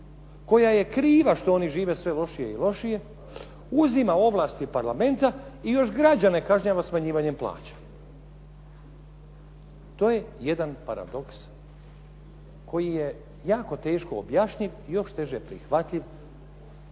koja je kriva što oni žive sve lošije i lošije uzima ovlasti Parlamenta i još građane kažnjava smanjivanjem plaća. To je jedan paradoks koji je jako teško objašnjiv i još teže prihvatljiv